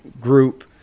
group